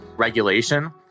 regulation